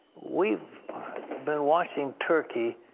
we've been watching turkey.